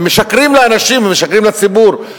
הם משקרים לאנשים, הם משקרים לציבור.